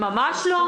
ממש לא.